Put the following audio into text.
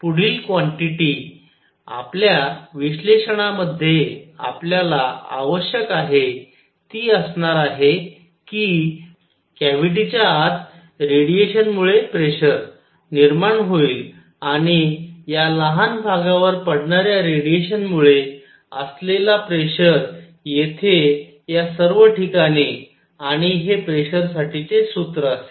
पुढील क्वांटिटी आपल्या विश्लेषणामध्ये आपल्याला आवश्यक आहे ती असणार आहे की कॅव्हिटीच्या आत रेडिएशनमुळे प्रेशर निर्माण होईल आणि या लहान भागावर पडणाऱ्या रेडिएशनमुळे असलेला प्रेशर येथे या सर्व ठिकाणी आणि हे प्रेशरसाठीचे सूत्र असेल